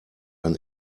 ein